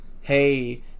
hey